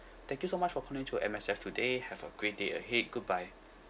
thank you so much for calling to M_S_F today have a great day ahead goodbye